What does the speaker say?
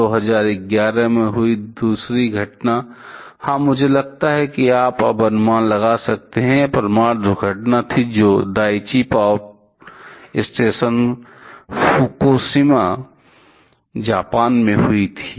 2011 में हुई दूसरी घटना हाँ मुझे लगता है कि आप अब अनुमान लगा सकते हैं यह परमाणु दुर्घटना थी जो Daiichi power station Fukushima Japan में हुई थी